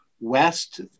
west